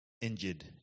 injured